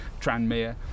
Tranmere